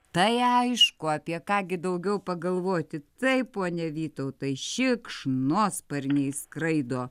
tai aišku apie ką gi daugiau pagalvoti taip pone vytautai šikšnosparniai skraido